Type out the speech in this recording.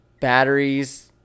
batteries